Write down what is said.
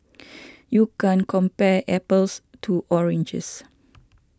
you can compare apples to oranges